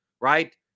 right